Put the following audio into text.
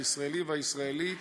הישראלי והישראלית,